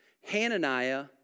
Hananiah